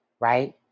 right